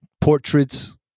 portraits